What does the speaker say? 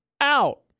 out